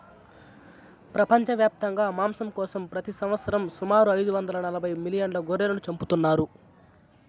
ప్రపంచవ్యాప్తంగా మాంసం కోసం ప్రతి సంవత్సరం సుమారు ఐదు వందల నలబై మిలియన్ల గొర్రెలను చంపుతున్నారు